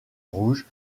rouge